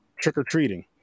trick-or-treating